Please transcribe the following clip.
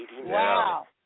Wow